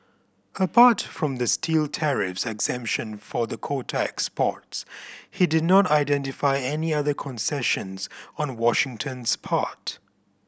apart from the steel tariffs exemption for the quota exports he did not identify any other concessions on Washington's part